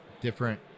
different